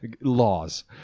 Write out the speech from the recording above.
Laws